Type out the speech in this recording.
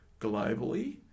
globally